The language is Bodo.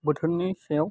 बोथोरनि सायाव